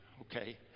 okay